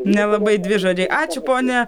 nelabai dvižodžiai ačiū pone